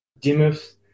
Dimuth